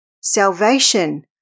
Salvation